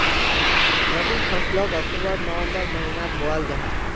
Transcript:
रबी फस्लोक अक्टूबर नवम्बर महिनात बोआल जाहा